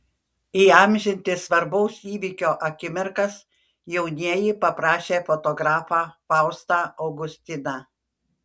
įamžinti svarbaus įvykio akimirkas jaunieji paprašė fotografą faustą augustiną